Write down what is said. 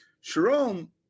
Sharon